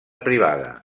privada